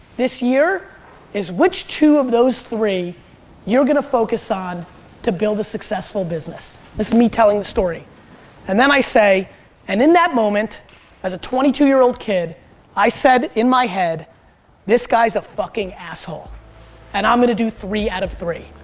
this year is which two of those three you're gonna focus on to build a successful business. this is me telling the story and then i say and in that moment is a twenty two year old kid i said in my head this guy's a fucking asshole and i'm a do three out of three.